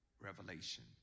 Revelation